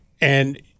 and-